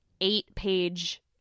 eight-page